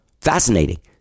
Fascinating